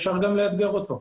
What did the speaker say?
אפשר גם לאתגר אותו.